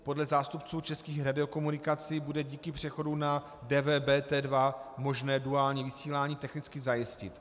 Podle zástupců Českých radiokomunikací bude díky přechodu na DVBT2 možné duální vysílání technicky zajistit.